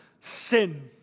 sin